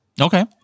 Okay